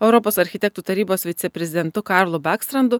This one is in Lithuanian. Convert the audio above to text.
europos architektų tarybos viceprezidentu karlu bakstrandu